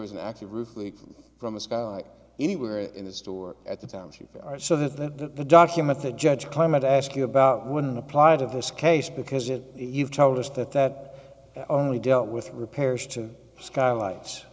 was an active roof leak from a skylight anywhere in the store at the time she so that the documents the judge climate ask you about wouldn't apply to this case because it you've told us that that only dealt with repairs to a skylight